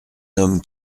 homme